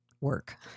work